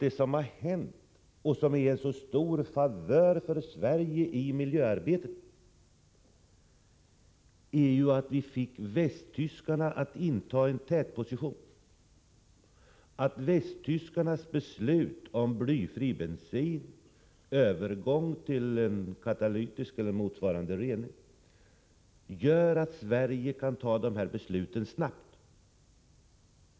Det som har hänt och som utgör en sådan stor favör för Sverige i miljöarbetet är ju att vi fick västtyskarna att inta en tätposition. Västtyskarnas beslut om blyfri bensin, övergång till katalytisk eller motsvarande rening gör att Sverige kan fatta dessa beslut snabbt.